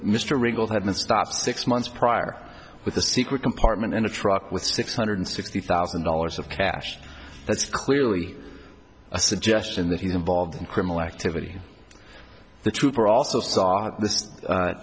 ringold had been stopped six months prior with a secret compartment in a truck with six hundred sixty thousand dollars of cash that's clearly a suggestion that he's involved in criminal activity the trooper also saw th